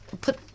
put